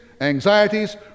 anxieties